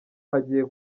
hagiye